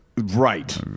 Right